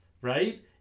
right